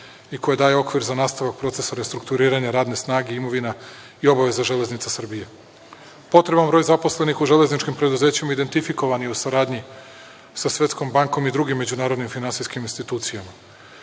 i koja daje okvir za nastavak procesa restrukturiranja radne snage, imovina i obaveza „Železnica Srbije“. Potreban broj zaposlenih u železničkim preduzećima identifikovan je u saradnji sa Svetskom bankom i drugim međunarodnim finansijskim institucijama.U